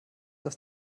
dass